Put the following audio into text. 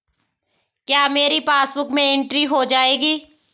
क्या मेरी पासबुक में एंट्री हो जाएगी?